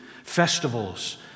festivals